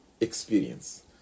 experience